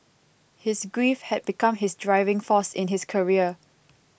his grief had become his driving force in his career